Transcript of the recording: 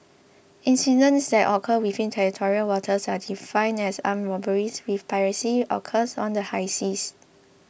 incidents that occur within territorial waters are defined as armed robberies while piracy occurs on the high seas